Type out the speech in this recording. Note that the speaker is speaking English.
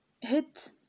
hit